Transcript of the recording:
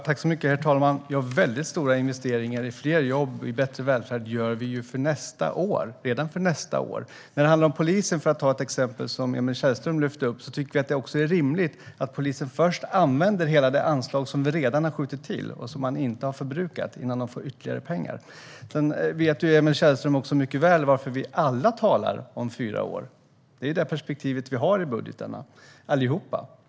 Herr talman! Vi gör redan nästa år väldigt stora investeringar i fler jobb och bättre välfärd. När det handlar om polisen, för att ta ett exempel som Emil Källström lyfte upp, tycker vi att det är rimligt att polisen först använder hela det anslag som vi redan har skjutit till, och som de inte har förbrukat, innan de får ytterligare pengar. Emil Källström vet också mycket väl varför vi alla talar om fyra år. Det är ju det perspektivet vi har i budgetarna allihop.